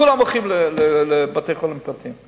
כולם הולכים לבתי-חולים פרטיים.